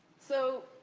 so,